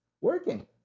working